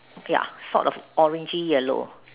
ya sort of orangey yellow